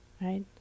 right